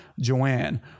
Joanne